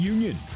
Union